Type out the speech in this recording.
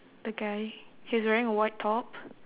the guy he's wearing a white top